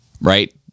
right